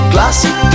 Classic